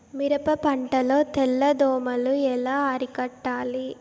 మిరప పంట లో తెల్ల దోమలు ఎలా అరికట్టాలి?